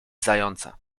zająca